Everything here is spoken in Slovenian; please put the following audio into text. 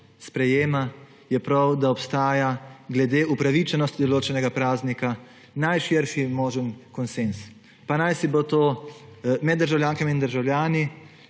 sprejema, je prav, da obstaja glede upravičenosti določenega praznika najširši možen konsenz, pa najsibo to med državljankami in državljani,